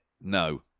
No